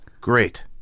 Great